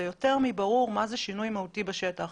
זה יותר מברור מה זה שינוי מהותי בשטח.